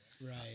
Right